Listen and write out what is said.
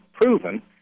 proven